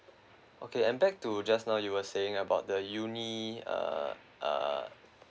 okay and back to just now you were saying about the uni uh uh